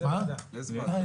לאיזה ועדה?